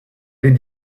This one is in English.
did